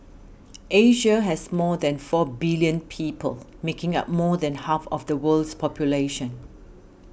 Asia has more than four billion people making up more than half of the world's population